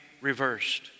reversed